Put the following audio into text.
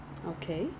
um collection point